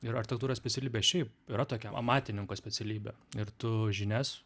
ir architekrtūros specialybė šiaip yra tokia amatininko specialybė ir tu žinias